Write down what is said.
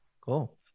Cool